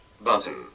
Button